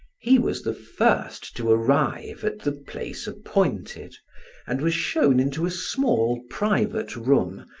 he was the first to arrive at the place appointed and was shown into a small private room,